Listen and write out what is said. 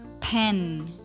Pen